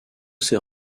ses